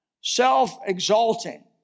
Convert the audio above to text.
self-exalting